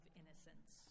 innocence